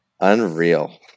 unreal